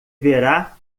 verá